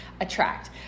attract